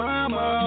Mama